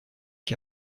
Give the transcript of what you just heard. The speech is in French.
qui